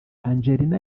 angelina